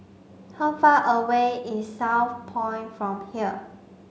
how far away is Southpoint from here